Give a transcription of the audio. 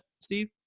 Steve